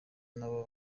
nabo